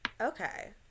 Okay